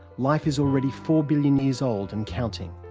life is already four billion years old and counting.